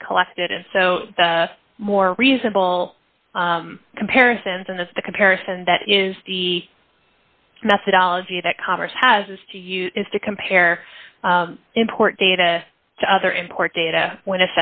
is collected and so the more reasonable comparisons in this the comparison that is the methodology that congress has to use is to compare import data to other import data when